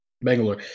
Bangalore